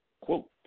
Quote